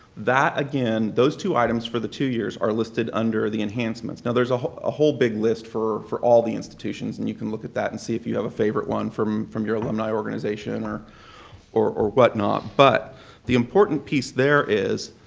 that, again, those two items for the two years are listed under the enhancements. now, there's a whole a whole big list for for all the institutions, and you can look at that and see if you have a favorite one from from your alumni organization or or or whatnot. but the important piece there is,